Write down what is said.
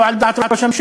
לא על דעת ראש הממשלה.